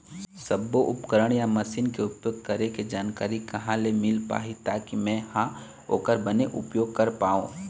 सब्बो उपकरण या मशीन के उपयोग करें के जानकारी कहा ले मील पाही ताकि मे हा ओकर बने उपयोग कर पाओ?